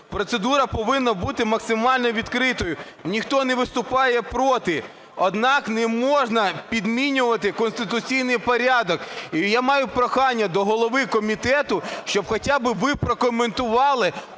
Процедура повинна бути максимально відкритою. Ніхто не виступає проти, однак не можна підмінювати конституційний порядок. Я маю прохання до голови комітету, щоб хоча б ви прокоментували